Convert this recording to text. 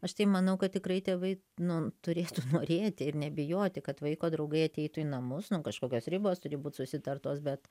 aš tai manau kad tikrai tėvai nu turėtų norėti ir nebijoti kad vaiko draugai ateitų į namus nu kažkokios ribos turi būt susitartos bet